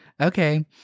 Okay